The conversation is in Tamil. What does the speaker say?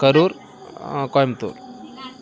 கரூர் கோயமுத்தூர்